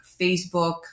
Facebook